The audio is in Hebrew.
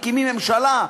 ומקימים ממשלה,